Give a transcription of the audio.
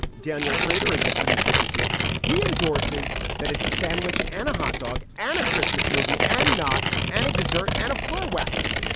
daniel shrader is the producer of the gist. he endorses that. it's a sandwich and a hotdog and a christmas movie and not a dessert and a floor wax.